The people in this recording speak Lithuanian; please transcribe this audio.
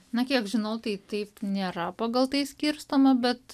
na kiek žinau tai taip nėra pagal tai skirstoma bet